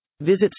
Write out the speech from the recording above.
Visit